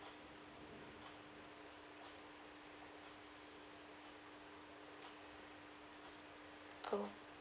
oh